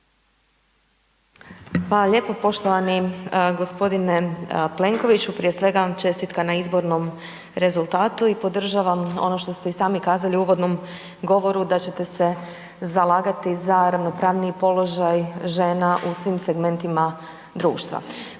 lijepo poštovani g. Plenkoviću. Prije svega, čestitka na izbornom rezultatu i podržavam ono što ste i sami kazali u uvodnom govoru da ćete se zalagati za ravnopravniji položaj žena u svim segmentima društva.